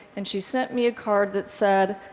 and she sent me a card that said,